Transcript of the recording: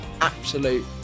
absolute